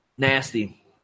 Nasty